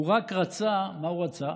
הוא רק רצה, מה רצה?